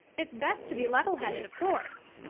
it's best to be levelheaded, of course,